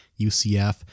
UCF